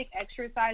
exercise